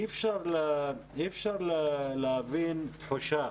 אי אפשר להבין תחושה